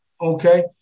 Okay